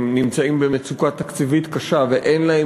שנמצאים במצוקה תקציבית קשה ואין להם